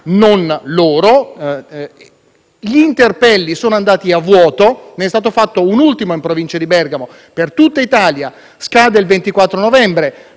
non loro. Gli interpelli sono andati a vuoto. Ne è stato fatto un ultimo in Provincia di Bergamo per tutta Italia; scade il 24 novembre